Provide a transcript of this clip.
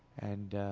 and, ah.